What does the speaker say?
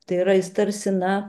tai yra jis tarsi na